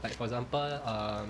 like for example um